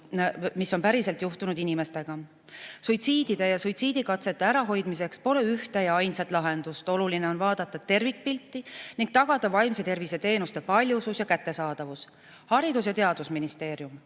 päriselt juhtunud. Suitsiidide ja suitsiidikatsete ärahoidmiseks pole ühte ja ainsat lahendust. Oluline on vaadata tervikpilti ning tagada vaimse tervise teenuste paljusus ja kättesaadavus. Haridus‑ ja Teadusministeerium